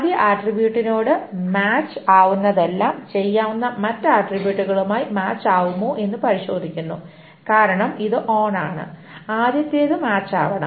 ആദ്യ ആട്രിബ്യൂട്ടിനോട് മാച്ച് ആവുന്നതെല്ലാം ചെയ്യാവുന്ന മറ്റ് ആട്രിബ്യൂട്ടുകളുമായി മാച്ച് ആവുമോ എന്ന് പരിശോധിക്കുന്നു കാരണം ഇത് ഓണാണ് ആദ്യത്തേത് മാച്ച് ആവണം